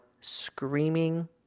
screaming